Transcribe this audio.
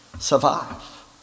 survive